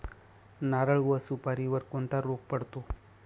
नारळ व सुपारीवर कोणता रोग पडतो?